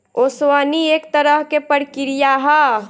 ओसवनी एक तरह के प्रक्रिया ह